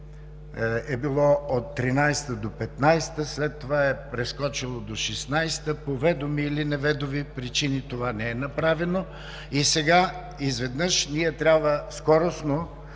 е било от 2013 до 2015 г., след това е прескочило до 2016 г. По ведоми или неведоми причини това не е направено. Сега изведнъж ние трябва скоростно